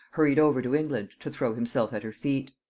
hurried over to england to throw himself at her feet.